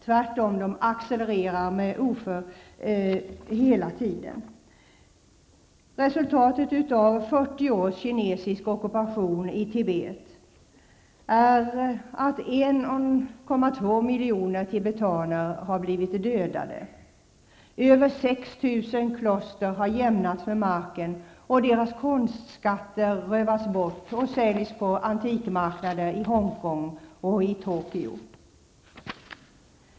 Tvärtom ökar antalet hela tiden. Resultatet av 40 års kinesisk ockupation av Tibet är att 1,2 miljoner tibetaner har dödats. Mer än 6 000 kloster har jämnats med marken. Konstskatter rövas bort och säljs på antikmarknader i Hongkong och Tokyo.